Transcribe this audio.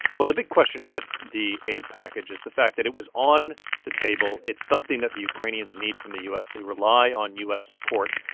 well, the big question with the aid package is the fact that it was on the table. it's something that the ukrainians need from the u s. they rely on u s. support.